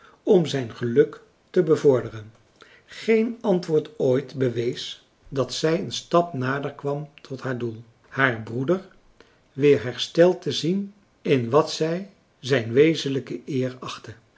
om zijn geluk te bevorderen geen antwoord ooit bewees dat zij een stap nader kwam tot haar doel haar broeder weer hersteld te zien in wat zij zijn wezenlijke